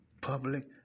Public